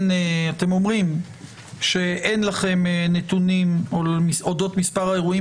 כי אתם אומרים שאין לכם נתונים אודות מספר האירועים